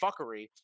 fuckery